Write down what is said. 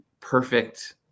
perfect